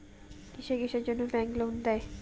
কিসের কিসের জন্যে ব্যাংক লোন দেয়?